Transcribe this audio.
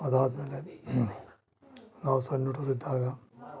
ಅದಾದಮೇಲೆ ನಾವು ಸಣ್ಣಹುಡುಗ್ರು ಇದ್ದಾಗ